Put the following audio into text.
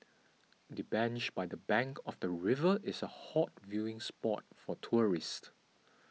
the bench by the bank of the river is a hot viewing spot for tourists